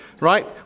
right